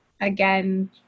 again